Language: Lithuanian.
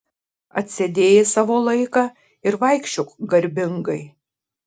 atsėdėjai savo laiką ir vaikščiok garbingai